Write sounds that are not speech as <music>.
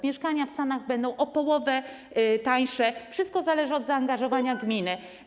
Mieszkania w SAN-ach będą o połowę tańsze, wszystko zależy od zaangażowania <noise> gminy.